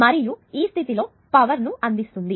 మరియు ఈ స్థితిలో అది పవర్ ను అందిస్తుంది